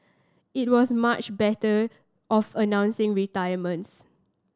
it was much better of announcing retirements